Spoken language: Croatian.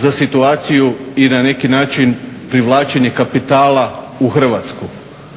za situaciju i na neki način privlačenje kapitala u Hrvatsku.